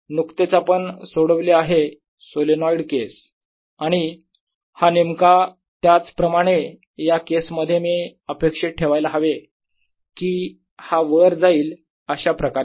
नुकतेच आपण सोडवले आहे सोलेनोईड केस आणि हा नेमका त्याच प्रमाणे या केसमध्ये मी अपेक्षित ठेवायला हवे की हा वर जाईल अशा प्रकारे